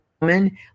woman